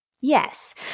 Yes